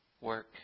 work